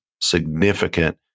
significant